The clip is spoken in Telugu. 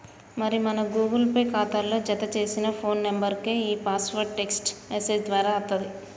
మరి మన గూగుల్ పే ఖాతాలో జతచేసిన ఫోన్ నెంబర్కే ఈ పాస్వర్డ్ టెక్స్ట్ మెసేజ్ దారా అత్తది